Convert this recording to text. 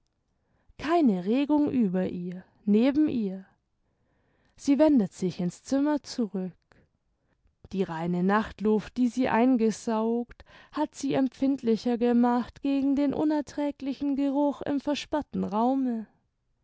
keine regung über ihr neben ihr sie wendet sich in's zimmer zurück die reine nachtluft die sie eingesaugt hat sie empfindlicher gemacht gegen den unerträglichen geruch im versperrten raume